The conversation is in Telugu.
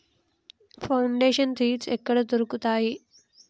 ఫౌండేషన్ సీడ్స్ ఎక్కడ దొరుకుతాయి?